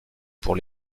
pour